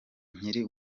nkiri